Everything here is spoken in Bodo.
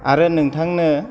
आरो नोंथांनो